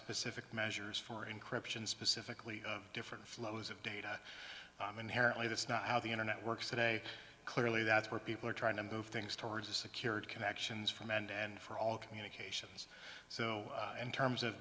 specific measures for encryption specifically of different flows of data inherently that's not how the internet works today clearly that's where people are trying to move things towards a secured connections from and and for all communications so in terms of